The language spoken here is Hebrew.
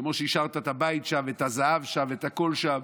כמו שהשארת את הבית שם ואת הזהב שם ואת הכול שם,